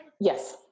Yes